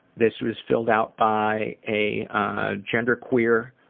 this was filled out by a genderqueer,